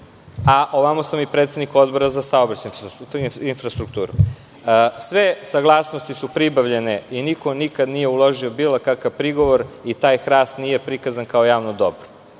strane sam predsednik Odbora za saobraćaj i infrastrukturu. Sve saglasnosti su pribavljene i niko nikad nije uložio bilo kakav prigovor i taj hrast nije prikazan kao javno dobro.